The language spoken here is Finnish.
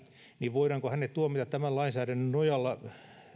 voidaanko hänet tuomita tämän lainsäädännön nojalla